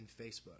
Facebook